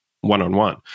one-on-one